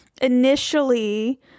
initially